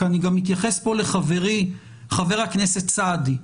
כי אני גם מתייחס לחברי חבר הכנסת סעדי,